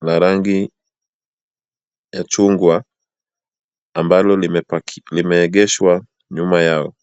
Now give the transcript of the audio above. la rangi ya chungwa, ambalo limepakiwa, limeegeshwa nyuma yao.